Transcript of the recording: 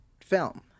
film